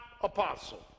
apostle